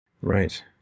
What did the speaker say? Right